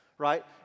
right